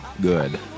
good